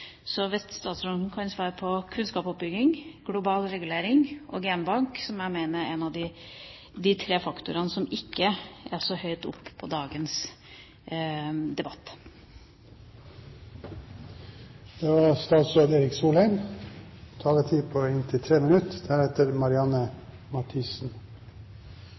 statsråden svare på spørsmålene om kunnskapsoppbygging, global regulering og genbank, som jeg mener er en av de tre faktorene som ikke er så høyt oppe i dagens debatt? For å gå på de tre